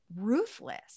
ruthless